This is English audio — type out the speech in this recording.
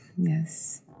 Yes